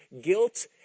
guilt